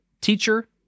Teacher